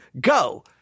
Go